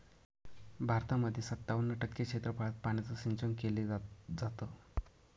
भारतामध्ये सत्तावन्न टक्के क्षेत्रफळात पाण्याचं सिंचन केले जात